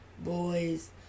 boys